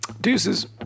Deuces